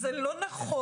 זה לא נכון.